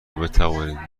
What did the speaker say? بتوانید